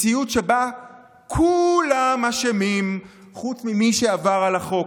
מציאות שבה כולם אשמים חוץ ממי שעבר על החוק.